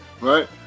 right